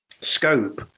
scope